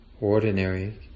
ordinary